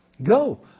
go